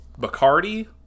Bacardi